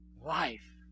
life